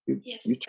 Yes